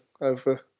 over